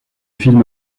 film